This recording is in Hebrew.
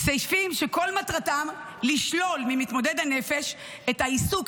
סעיפים שכל מטרתם לשלול ממתמודד הנפש את העיסוק,